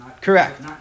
Correct